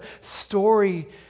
story